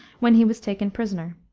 when he was taken prisoner.